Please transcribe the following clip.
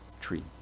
tree